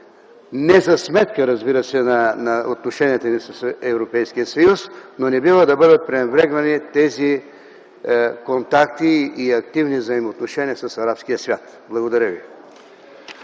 не за сметка с отношенията ни с Европейския съюз. Не бива обаче да бъдат пренебрегвани тези контакти и активни взаимоотношения с арабския свят. Благодаря.